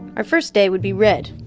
our first day would be red,